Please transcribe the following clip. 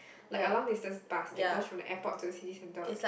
like a long distance bus that goes from the airport to the city centre